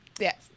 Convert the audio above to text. yes